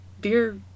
Beer